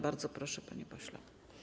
Bardzo proszę, panie pośle.